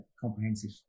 comprehensive